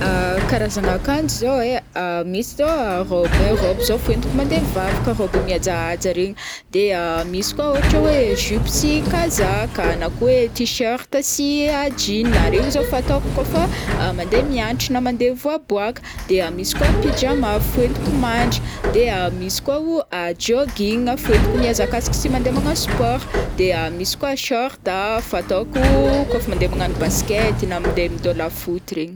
Karazagna akanjo zao ai misy zao raoby raoby zao fientiko mandeha mivavaka raoby mihajahaja regny de misy koa ôhatra hoe zipo sy kazaka na ko hoe tiserta sy jeans regny zao fataoko kaofa mandeha mianatra na mandeha mivoaboaka de misy koa pijama fientiko mandry de misy koa o jogging fientiko mihazakazaka sy mandeha magnano sport de misy koa short a fataoko kaofa mandeha basket na mandeha midôla foot regny.